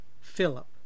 Philip